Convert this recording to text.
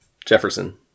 Jefferson